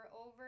over